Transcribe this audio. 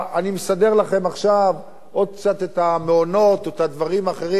אני מסדר לכם עכשיו עוד קצת את המעונות או את הדברים האחרים,